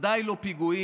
ודאי לא פיגועים.